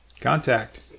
Contact